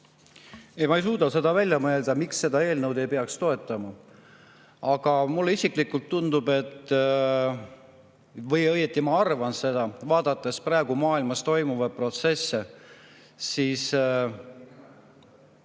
ma ei suuda seda välja mõelda, miks seda eelnõu ei peaks toetama. Aga mulle isiklikult tundub või õieti ma arvan seda, vaadates praegu maailmas toimuvaid protsesse, et